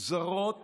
זרות